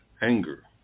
anger